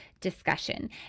discussion